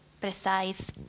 precise